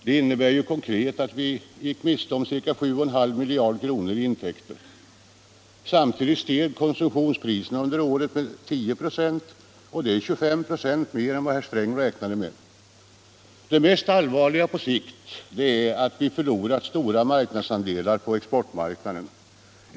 Detta innebär konkret att vi gick miste om ca 7,5 miljarder kronor i intäkter. Samtidigt steg konsumentpriserna under året med 10 96, vilket är en fjärdedel mer än vad herr Sträng räknade med. Det mest allvarliga på sikt är att vi förlorat stora marknadsandelar på exportmarknaden.